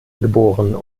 geboren